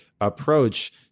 approach